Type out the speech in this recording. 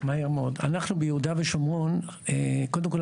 ביהודה ושומרון קודם כל,